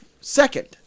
second